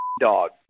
dog